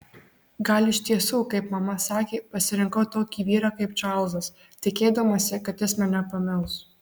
gal iš tiesų kaip mama sakė pasirinkau tokį vyrą kaip čarlzas tikėdamasi kad jis mane pamils